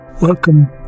Welcome